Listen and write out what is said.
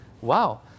Wow